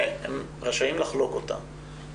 והם רשאים לחלוק אותה